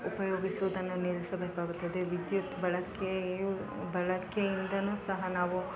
ಉಪಯೋಗಿಸುವುದನ್ನು ನಿಲ್ಲಿಸಬೇಕಾಗುತ್ತದೆ ವಿದ್ಯುತ್ ಬಳಕೆಯು ಬಳಕೆಯಿಂದ ಸಹ ನಾವು